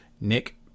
Nick